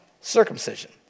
circumcision